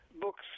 Books